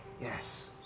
Yes